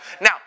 Now